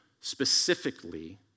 specifically